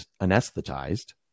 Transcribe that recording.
anesthetized